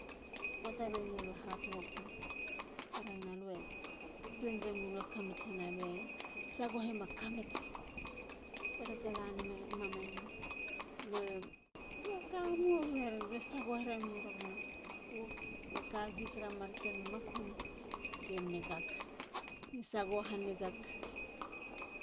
Poata beni alue hardworkim. herena. lue. tuenremulu e kamitsena. lue sagoheyema kamits. poata te lanami mam. eni. lue. lue kamo. lue. lue sagohoheremowi romana. pooh. lie kagi tara marken makum lie nigak. lie nigak. lie sagoho ha nigak.